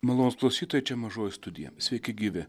malonūs klausytojai čia mažoji studija sveiki gyvi